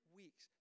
weeks